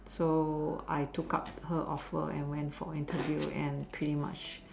so I took up her offer and went for an interview and pretty much